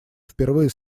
впервые